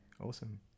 Awesome